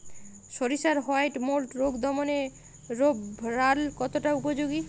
সরিষার white mould রোগ দমনে রোভরাল কতটা উপযোগী?